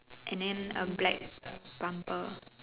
and then a black bumper